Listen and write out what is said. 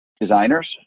designers